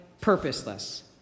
purposeless